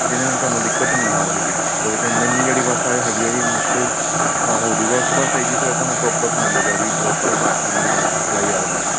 ਇਹਦੇ ਨਾਲ ਤੁਹਾਨੂੰ ਦਿੱਕਤ ਨਹੀਂ ਆਵੇਗੀ ਜੀ ਦੋ ਤਿੰਨ ਦਿਨ ਦੀ ਜਿਹੜੀ ਬਸ ਹੈਗੀ ਆ ਜੀ ਮੁਸ਼ਕਿਲ ਹੋ ਜਾਵੇਗਾ ਉਸ ਤੋਂ ਬਾਅਦ ਸਹੀ ਜੀ ਫਿਰ ਤੁਹਾਨੂੰ ਪ੍ਰੋਪਰ ਮਿਲੇਗਾ ਜੀ ਪ੍ਰੋਪਰ ਵਾ ਆਉਣ ਦੀ ਵਾਟਰ ਸਪਲਾਈ ਆਵੇਗੀ ਜੀ